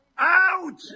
out